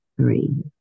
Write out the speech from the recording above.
three